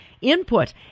input